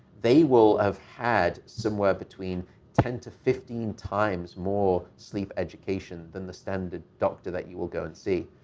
they will have had somewhere between ten to fifteen times more sleep education than the standard doctor that you will go and see.